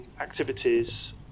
activities